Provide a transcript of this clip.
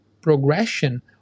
progression